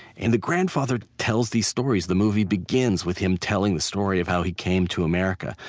and the grandfather tells these stories. the movie begins with him telling the story of how he came to america.